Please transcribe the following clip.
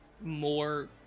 more